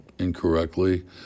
incorrectly